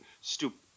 Stupid